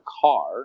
car